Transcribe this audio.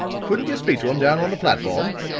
couldn't you speak to him down on the platform?